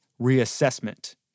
reassessment